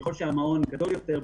וככל שהמעון גדול יותר,